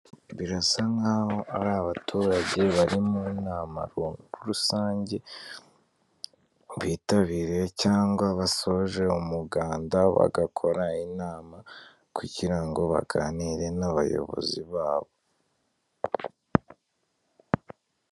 Birasa nk'aho ari abaturage bari mu nama rusange, bitabiriye cyangwa basoje umuganda bagakora inama kugira ngo baganire n'abayobozi babo.